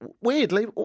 Weirdly